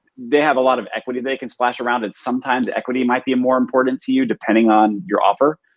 they have a lot of equity they can splash around that sometimes equity might be more important to you depending on your offer.